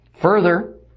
Further